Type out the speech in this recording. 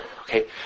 okay